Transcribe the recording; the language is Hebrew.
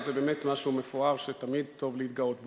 אבל זה באמת משהו מפואר שתמיד טוב להתגאות בו.